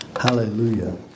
Hallelujah